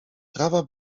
trawa